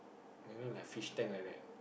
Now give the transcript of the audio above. you know like fish tank like that